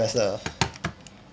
semester